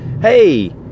hey